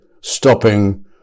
stopping